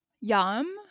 Yum